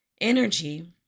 Energy